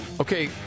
Okay